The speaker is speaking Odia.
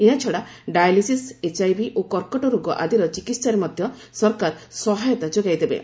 ଏହାଛଡ଼ା ଡାଇଲିସିସ୍ ଏଚ୍ଆଇଭି ଓ କର୍କଟ ରୋଗ ଆଦିର ଚିକିତ୍ସାରେ ମଧ୍ୟ ସରକାର ସହାୟତା ଯୋଗାଇ ଦେବେ